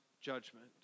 judgment